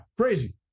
Crazy